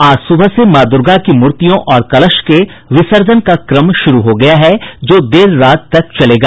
आज सुबह से मां दुर्गा की मूर्तियों और कलश के विसर्जन का क्रम शुरू हो रहा है जो देर रात तक चलेगा